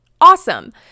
awesome